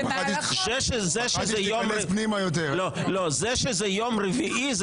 זה שזה יום רביעי,